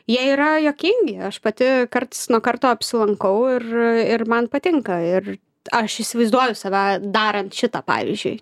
jie yra juokingi aš pati karts nuo karto apsilankau ir ir man patinka ir aš įsivaizduoju save darant šitą pavyzdžiui